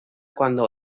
cuando